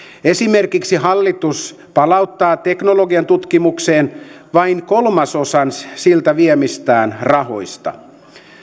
esimerkiksi hallitus palauttaa teknologian tutkimukseen vain kolmasosan siltä viemistään rahoista